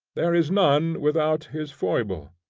there is none without his foible.